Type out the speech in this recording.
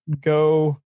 go